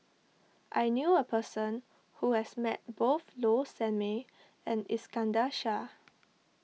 I knew a person who has met both Low Sanmay and Iskandar Shah